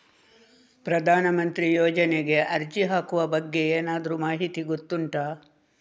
ಪ್ರಧಾನ ಮಂತ್ರಿ ಯೋಜನೆಗೆ ಅರ್ಜಿ ಹಾಕುವ ಬಗ್ಗೆ ಏನಾದರೂ ಮಾಹಿತಿ ಗೊತ್ತುಂಟ?